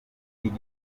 n’iki